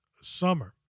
summer